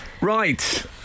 Right